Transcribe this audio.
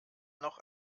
noch